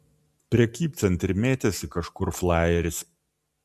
prekybcentry mėtėsi kažkur flajeris